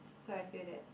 so I feel that